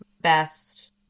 best